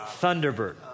Thunderbird